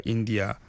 India